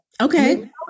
Okay